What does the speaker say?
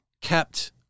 kept